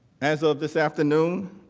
as of this afternoon